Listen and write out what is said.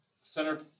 center